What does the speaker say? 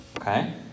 Okay